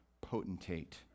potentate